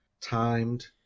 timed